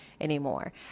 anymore